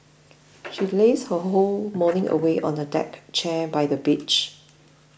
she lazed her whole morning away on a deck chair by the beach